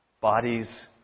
Bodies